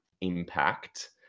impact